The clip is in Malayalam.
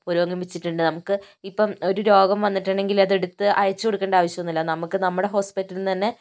പുരോഗമിച്ചിട്ടുണ്ട് നമുക്ക് ഇപ്പം ഒരു രോഗം വന്നിട്ടുണ്ടെങ്കില് അത് എടുത്ത് അയച്ചു കൊടുക്കേണ്ട ആവശ്യം ഒന്നുമില്ല നമുക്ക് നമ്മുടെ ഹോസ്പിറ്റലില് നിന്ന് തന്നെ